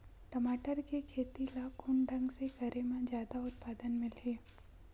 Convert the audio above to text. टमाटर के खेती ला कोन ढंग से करे म जादा उत्पादन मिलही?